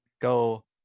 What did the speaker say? go